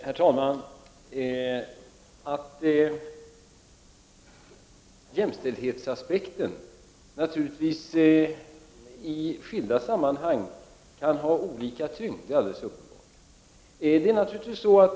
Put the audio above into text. Herr talman! Det är alldeles uppenbart att jämställdhetsaspekten kan ha olika tyngd i skilda sammanhang.